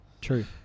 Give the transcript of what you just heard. True